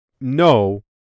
no